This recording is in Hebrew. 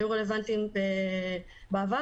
היו רלוונטיים בעבר,